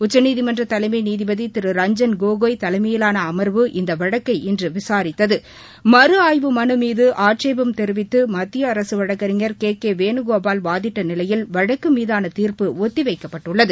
உச்சநீதிமன்ற தலைமை நீதிபதி திரு ரஞ்சன் கோகோய் தலைமையிலான அமர்வு இந்த வழக்கை இன்று விசாரித்தது மறு ஆய்வு மனு மீது ஆட்சேபம் தெரிவித்து மத்திய அரசு வழக்கறிஞர் கே கே வேணுகோபால் வாதிட்ட நிலையில் வழக்கு மீதான தீர்ப்பு ஒத்திவைக்கப்பட்டுள்ளது